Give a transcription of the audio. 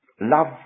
love